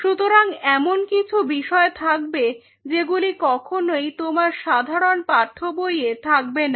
সুতরাং এমন কিছু বিষয় থাকবে যেগুলি কখনোই তোমার সাধারন পাঠ্যবইয়ে থাকবে না